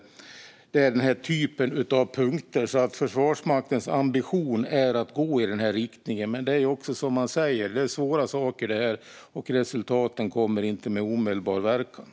Det gäller den typen av punkter. Försvarsmaktens ambition är att gå i den riktningen, men det är som man säger: Detta är svåra saker, och resultaten kommer inte med omedelbar verkan.